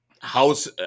house